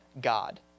God